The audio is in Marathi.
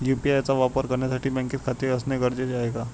यु.पी.आय चा वापर करण्यासाठी बँकेत खाते असणे गरजेचे आहे का?